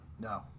No